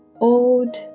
old